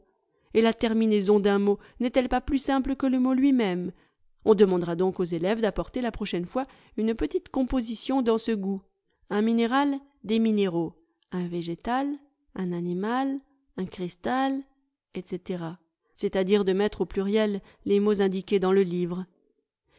et la terminaison d'un mot n'est-elle pas plus simple que le mot luimême on demandera donc aux élèves d'apporter la prochaine fois une petite composition dans ce goût un minéral des minéraux un végétal un animal un cristal etc c'est-à-dire de mettre au pluriel les mots indiqués dans le livre